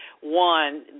One